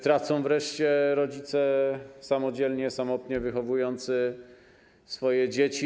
Tracą wreszcie rodzice samodzielnie, samotnie wychowujący swoje dzieci.